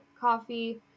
coffee